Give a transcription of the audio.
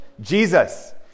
Jesus